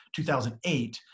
2008